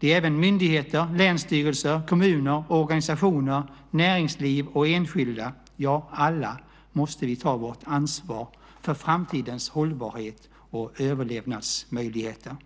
Även myndigheter, länsstyrelser, kommuner, organisationer, näringsliv och enskilda - ja alla - måste ta sitt ansvar för framtidens hållbarhet och överlevnadsmöjligheter.